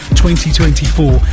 2024